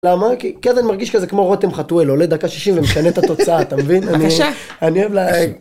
למה כי אז אני מרגיש כזה כמו רוטם חתואל עולה דקה 60 ומשנה את התוצאה.